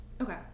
Okay